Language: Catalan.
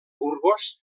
burgos